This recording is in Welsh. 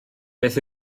beth